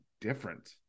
different